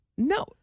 No